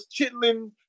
chitlin